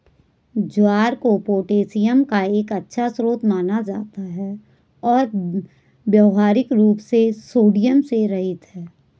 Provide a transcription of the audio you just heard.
ज्वार को पोटेशियम का एक अच्छा स्रोत माना जाता है और व्यावहारिक रूप से सोडियम से रहित है